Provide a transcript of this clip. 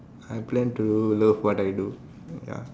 I plan to love what I do ya